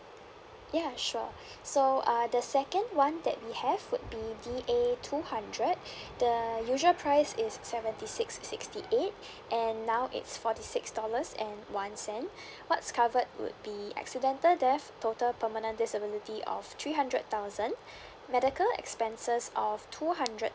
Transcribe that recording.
ya sure so uh the second one that we have would be D A two hundred the usual price is seventy six sixty eight and now it's forty six dollars and one cent what's covered would be accidental death total permanent disability of three hundred thousand medical expenses of two hundred